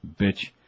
bitch